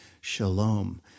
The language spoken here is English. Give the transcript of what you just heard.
shalom